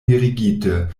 mirigite